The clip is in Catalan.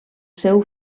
seu